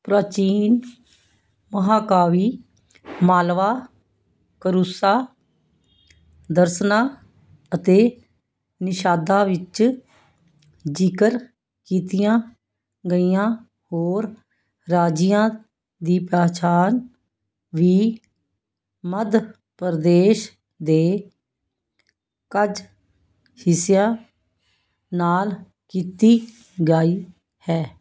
ਪ੍ਰਾਚੀਨ ਮਹਾਂਕਾਵਿ ਮਾਲਵਾ ਕਰੂਸ਼ਾ ਦਸਰਨਾ ਅਤੇ ਨਿਸ਼ਾਦਾ ਵਿੱਚ ਜ਼ਿਕਰ ਕੀਤੀਆਂ ਗਈਆਂ ਹੋਰ ਰਾਜਿਆਂ ਦੀ ਪਹਿਚਾਣ ਵੀ ਮੱਧ ਪ੍ਰਦੇਸ਼ ਦੇ ਕੁਝ ਹਿੱਸਿਆਂ ਨਾਲ ਕੀਤੀ ਗਾਈ ਹੈ